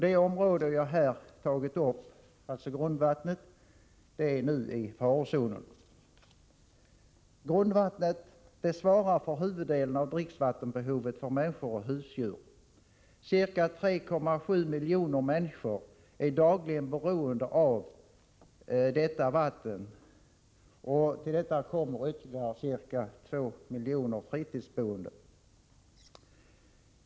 Det område jag här har tagit upp, som gäller grundvattnet, är nu i farozonen. Grundvattnet svarar för huvuddelen av dricksvattenbehovet för människor och husdjur. Ca 3,7 miljoner människor är dagligen beroende av detta vatten, och därtill kommer ytterligare ca 2 miljoner fritidsboende.